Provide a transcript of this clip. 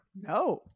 no